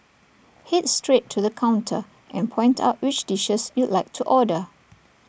Head straight to the counter and point out which dishes you'd like to order